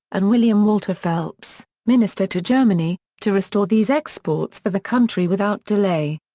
and william walter phelps, minister to germany, to restore these exports for the country without delay.